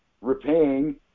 repaying